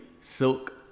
Silk